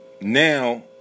now